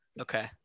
okay